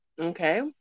Okay